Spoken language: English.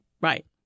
Right